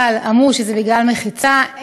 אמרו שזה בגלל מחיצה,